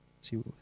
See